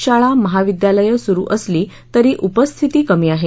शाळा महाविद्यालयं सुरु असली तरी उपस्थिती कमी आहे